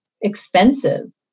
expensive